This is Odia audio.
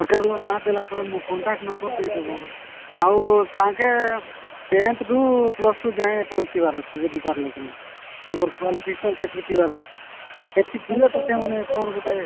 ହୋଟେଲ୍ର ନାଁ ଦେଲା ପରେ ମୋ କଣ୍ଟାକ୍ଟ ନମ୍ବର୍ ଦେଇଦବ ଆଉ ତାଙ୍କେ ଟେନ୍ଥ ରୁୁ ପ୍ଲସ୍ ଟୁ ଯାଏଁ ପଢ଼ିଥିବାର ଅଛି ବୁଝିପାରିଲେ କିିନା ତାଙ୍କର କ୍ଵାଲିଫିକେସନ୍ ସେତିକି ଥିବାର ଅଛି ସେଠି ଥିବ ତ ସେମାନେ କ'ଣ ଗୋଟେ